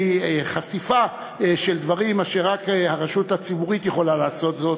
חשיפה של דברים אשר רק הרשות הציבורית יכולה לעשות זאת.